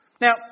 Now